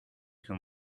can